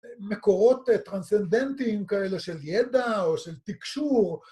מקורות טרנסצנדנטיים כאלה של ידע או של תקשור.